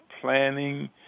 planning